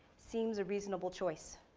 seems a reasonable choice.